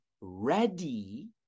ready